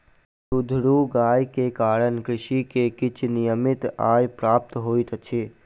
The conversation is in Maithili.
दुधारू गाय के कारण कृषक के किछ नियमित आय प्राप्त होइत अछि